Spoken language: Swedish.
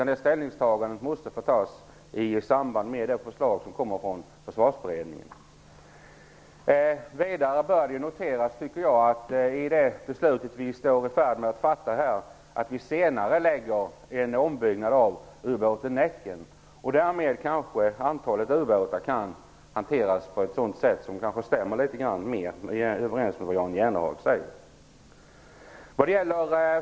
Det ställningstagandet måste få göras i samband med det förslag som kommer från Försvarsberedningen. Vidare tycker jag att det i det beslut vi är i färd med att fatta bör noteras att vi senarelägger en ombyggnad av ubåten Näcken. Därmed kan kanske frågan om antalet ubåtar hanteras på ett sätt som stämmer mer överens med det Jan Jennehag säger.